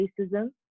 racism